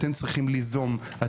אתם צריכים ליזום,